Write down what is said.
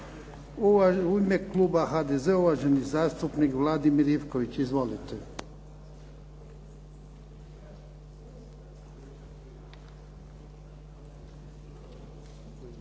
U ime kluba HDZ-a uvaženi zastupnik Vladimir Ivković. Izvolite.